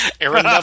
Aaron